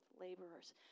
laborers